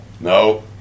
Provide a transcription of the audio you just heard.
No